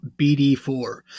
BD4